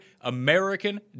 American